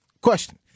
Question